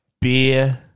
beer